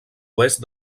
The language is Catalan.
oest